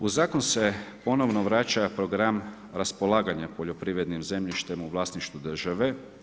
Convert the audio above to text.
U zakon se ponovno vraća program raspolaganja poljoprivrednim zemljištem u vlasništvu države.